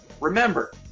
remember